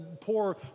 poor